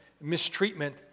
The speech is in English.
mistreatment